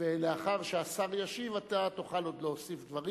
לאחר שהשר ישיב אתה תוכל להוסיף דברים.